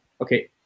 okay